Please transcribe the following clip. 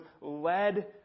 led